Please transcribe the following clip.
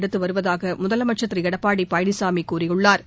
எடுத்து வருவதாக முதலமைச்சள் திரு எடப்பாடி பழனிசாமி தெரிவித்துள்ளாா்